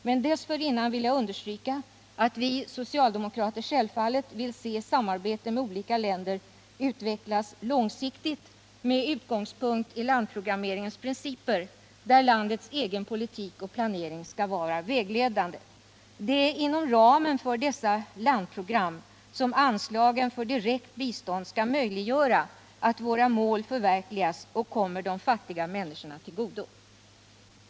Men dessförinnan vill jag understryka att vi socialdemokrater självfallet önskar se samarbetet med olika länder utvecklas långsiktigt med utgångspunkt i landprogrammeringens principer där landets egen politik och planering skall vara vägledande. Det är inom ramen för dessa landprogram som anslaget för direkt bistånd skall möjliggöra att våra mål förverkligas och kommer de fattiga människorna till godo.